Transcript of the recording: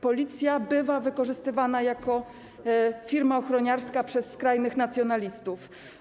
Policja bywa wykorzystywana jako firma ochroniarska przez skrajnych nacjonalistów.